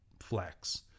flex